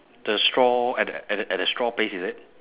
the straw at the at the at the straw place is it